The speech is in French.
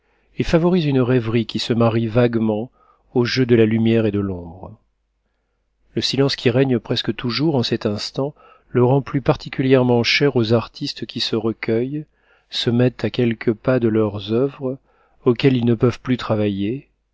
et favorise une rêverie qui se marie vaguement aux jeux de la lumière et de l'ombre le silence qui règne presque toujours en cet instant le rend plus particulièrement cher aux artistes qui se recueillent se mettent à quelques pas de leurs oeuvres auxquelles ils ne peuvent plus travailler